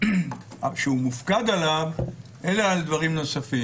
אף שהוא מופקד עליו, אלא על דברים נוספים.